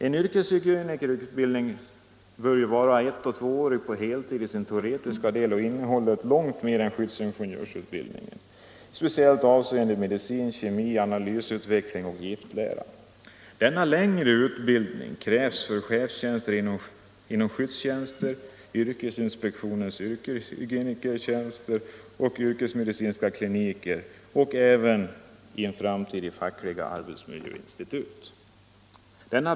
En yrkeshygienikerutbildning bör vara 1—2 årig på heltid i sin teoretiska del och innehålla långt mer än skyddsingenjörsutbildningen, speciellt avseende medicin, kemi, analysmetodutveckling och giftlära. Denna längre utbildning krävs för chefsbefattningar inom skyddstjänster, yrkesinspektionens yrkeshygienikertjänster, för tjänster på yrkesmedicinska kliniker och för framtiden även inom fackliga arbetsmiljöinstitut.